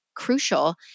crucial